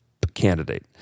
candidate